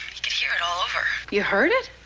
you could hear it all over. you heard it?